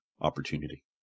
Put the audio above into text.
opportunity